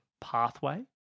pathway